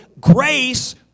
grace